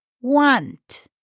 want